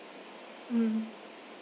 mm